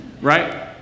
right